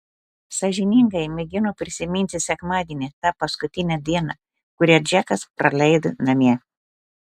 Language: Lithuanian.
sąžiningai mėgino prisiminti sekmadienį tą paskutinę dieną kurią džekas praleido namie